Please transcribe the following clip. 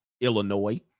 Illinois